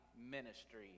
Ministry